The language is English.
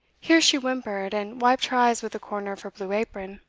here she whimpered and wiped her eyes with the corner of her blue apron